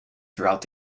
throughout